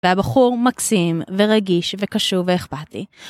והבחור מקסים, ורגיש, וקשור, ואכפתי.